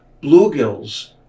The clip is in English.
bluegills